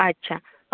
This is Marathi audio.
अच्छा